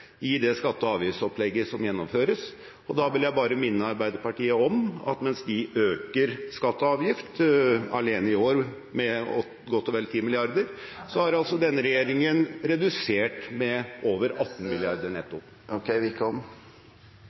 i det skatte- og avgiftsopplegget som gjennomføres , og da vil jeg bare minne Arbeiderpartiet om at mens de øker skatter og avgifter alene i år med godt og vel 10 mrd. kr, har denne regjeringen redusert med over